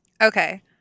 okay